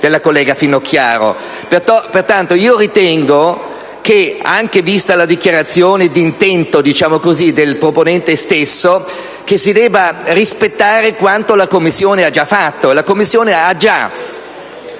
della collega Finocchiaro. Pertanto, io ritengo che, vista anche la dichiarazione di intenti del proponente stesso, che si debba rispettare quanto la Commissione ha già fatto.